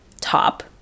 top